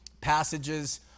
passages